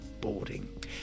boarding